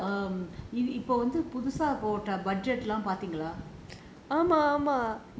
அப்புறம் வந்து புதுசா போட்ட:appuram vanthu puthusaa potta budget எல்லாம் பாத்தீங்களா:ellaam patheengalaa